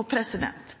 Det skjedde mens vi